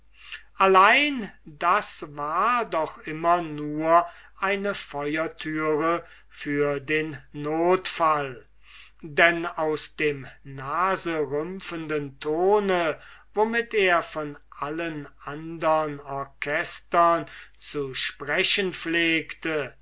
allein das war doch immer nur eine feuertüre für den notfall denn aus dem naserümpfenden ton worin er von allen andern orchestern zu sprechen pflegte